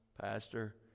pastor